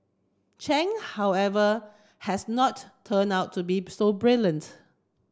Chen however has not turn out to be so brilliant